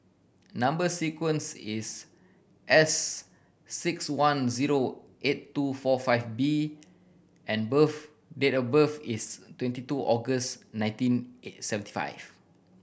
number sequence is S six one zero eight two four five B and birth date of birth is twenty two August nineteen eight seventy five